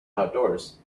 outdoors